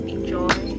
Enjoy